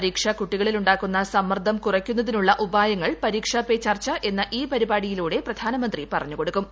പരീക്ഷ കുട്ടികളിലുാക്കുന്ന സമ്മർദ്ദം കുറയ്ക്കുന്നതിനുള്ള ഉപായങ്ങൾ പരീക്ഷ പേ ചർച്ച എന്ന ഈ പരിപാടിയിലൂടെ പ്രധാനമന്ത്രി പറഞ്ഞു കൊടുക്കുള്ളു